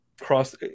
cross